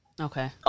Okay